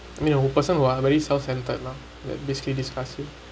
you know person who are very self centered lah like basically disgust you